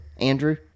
Andrew